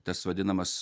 tas vadinamas